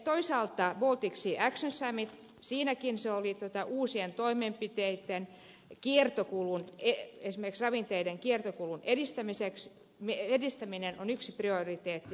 toisaalta muotiksi jaksossa mitä siinäkin suoriteta baltic sea action summitissa esimerkiksi ravinteiden kiertokulun edistäminen on yksi uusien toimenpiteitten prioriteetti